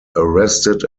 arrested